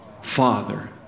Father